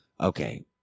okay